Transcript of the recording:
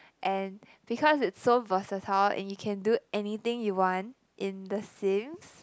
and because it's so versatile and you can do anything you want in the Sims